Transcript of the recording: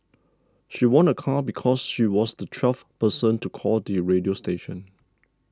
she won a car because she was the twelfth person to call the radio station